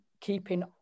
keeping